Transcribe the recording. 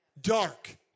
Dark